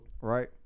right